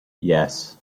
yes